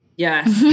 yes